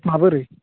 माबोरै